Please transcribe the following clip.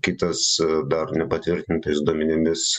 kitas dar nepatvirtintais duomenimis